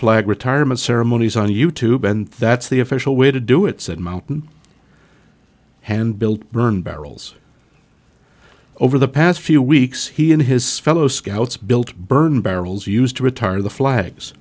flag retirement ceremonies on you tube and that's the official way to do it said mountain hand built burn barrels over the past few weeks he and his fellow scouts built burn barrels used to retire the flags